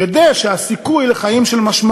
כדי שיהיה לכל אדם במדינה סיכוי לחיים של משמעות.